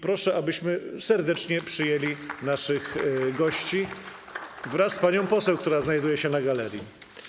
Proszę, abyśmy serdecznie przyjęli naszych gości wraz z panią poseł, która znajduje się na galerii.